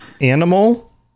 animal